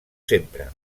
sempre